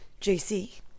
JC